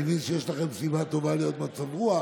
אני מבין שיש לכם סיבה טובה להיות במצב רוח